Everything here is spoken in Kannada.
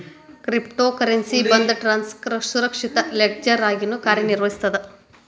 ಕ್ರಿಪ್ಟೊ ಕರೆನ್ಸಿ ಒಂದ್ ಟ್ರಾನ್ಸ್ನ ಸುರಕ್ಷಿತ ಲೆಡ್ಜರ್ ಆಗಿನೂ ಕಾರ್ಯನಿರ್ವಹಿಸ್ತದ